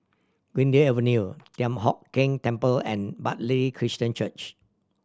Greendale Avenue Thian Hock Keng Temple and Bartley Christian Church